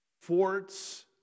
forts